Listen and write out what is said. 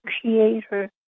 creator